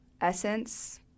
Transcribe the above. essence